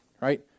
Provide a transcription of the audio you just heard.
right